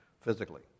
physically